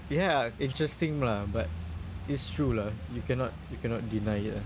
ya interesting lah but it's true lah you cannot you cannot deny it lah